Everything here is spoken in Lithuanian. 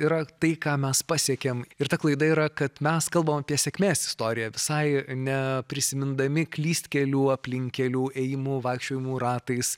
yra tai ką mes pasiekėm ir ta klaida yra kad mes kalbam apie sėkmės istoriją visai ne prisimindami klystkelių aplinkkelių ėjimų vaikščiojimų ratais